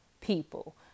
people